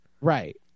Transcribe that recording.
Right